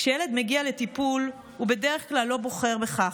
כשילד מגיע לטיפול הוא בדרך כלל לא בוחר בכך,